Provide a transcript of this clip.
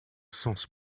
sens